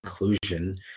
inclusion